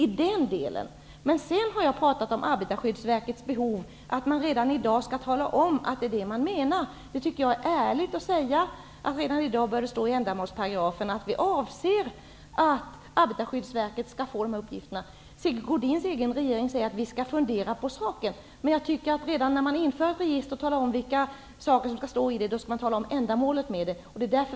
Men sedan har jag talat om Arbetarskyddsverkets behov och att man redan i dag skall tala om att det är vad man menar. Jag tycker att det är ärligt att redan i dag skriva in i ändamålsparagrafen att Arbetarskyddsverket skall få dessa uppgifter. Sigge Godins egen regering säger att den skall fundera på saken. Jag tycker att man redan när man inför ett register och talar om vad som skall stå i det också skall tala om ändamålet.